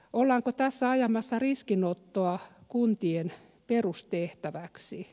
ollaanko tässä ajamassa riskinottoa kuntien perustehtäväksi